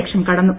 ലക്ഷം കടന്നു